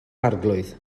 arglwydd